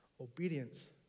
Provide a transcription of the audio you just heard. Obedience